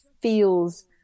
feels